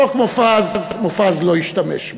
חוק מופז, מופז לא השתמש בו.